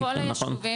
כן.